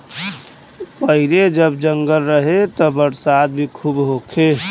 पहिले जब जंगल रहे त बरसात भी खूब होखे